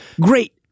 great